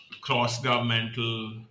cross-governmental